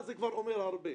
לכל אנשי הקולנוע שהיו בעולם,